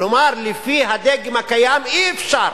כלומר לפי הדגם הקיים אי-אפשר,